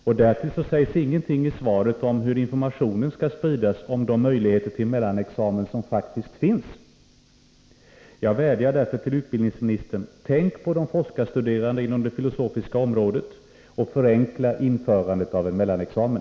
Det sägs heller ingenting i svaret om hur informationen skall spridas om de möjligheter till mellanexamen som faktiskt finns. Jag vädjar därför till utbildningsministern: Tänk på de forskarstuderande inom det filosofiska området och förenkla införandet av en mellanexamen!